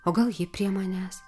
o gal ji prie manęs